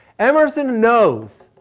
emerson knows.